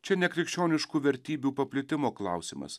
čia ne krikščioniškų vertybių paplitimo klausimas